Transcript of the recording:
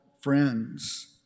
friends